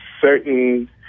certain